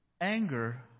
Anger